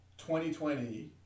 2020